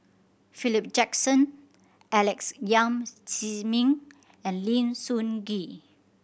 Philip Jackson Alex Yam Ziming and Lim Sun Gee